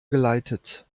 geleitet